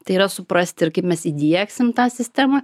tai yra suprasti ir kaip mes įdiegsim tą sistemą